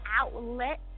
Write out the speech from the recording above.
outlet